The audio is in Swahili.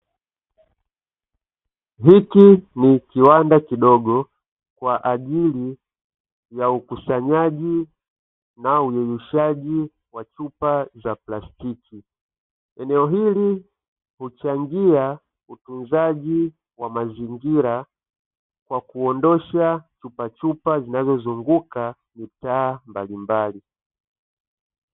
Hiki ni kiwanda kidogo kwa ajili ya ukusanyaji na uyeyushaji wa chupa za plastiki, eneo hili huchangia utunzaji wa mazingira kwa kuondosha chupa chupa zinazozunguka mitaa mbalimbali.